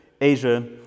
Asia